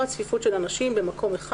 צפיפות של אנשים במקום אחד,